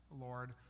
Lord